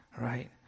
right